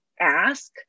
ask